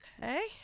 Okay